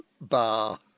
bar